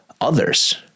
others